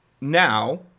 Now